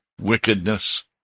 wickedness